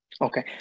Okay